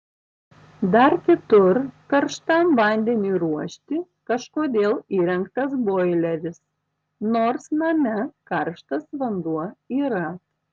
dar kitur karštam vandeniui ruošti kažkodėl įrengtas boileris nors name karštas vanduo yra